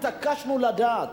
התעקשנו לדעת,